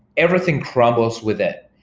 everything crumbles within.